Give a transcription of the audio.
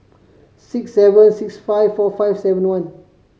six seven six five four five seven one